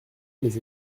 les